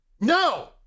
No